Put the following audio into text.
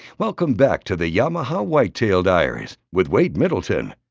welcome back to the yamaha's whitetail diaries with wade middleton.